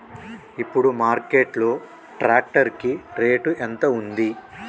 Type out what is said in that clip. ఇప్పుడు మార్కెట్ లో ట్రాక్టర్ కి రేటు ఎంత ఉంది?